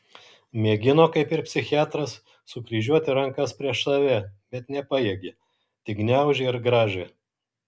mėgino kaip ir psichiatras sukryžiuoti rankas prieš save bet nepajėgė tik gniaužė ir grąžė